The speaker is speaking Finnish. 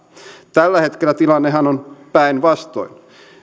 tällä hetkellä tilannehan on päinvastoin